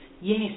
yes